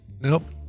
Nope